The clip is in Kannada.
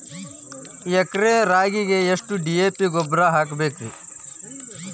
ಎಕರೆ ರಾಗಿಗೆ ಎಷ್ಟು ಡಿ.ಎ.ಪಿ ಗೊಬ್ರಾ ಹಾಕಬೇಕ್ರಿ?